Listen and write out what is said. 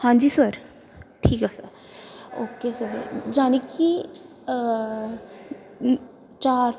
ਹਾਂਜੀ ਸਰ ਠੀਕ ਆ ਸਰ ਓਕੇ ਸਰ ਯਾਨੀ ਕਿ ਚਾਰ